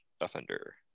offender